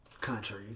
country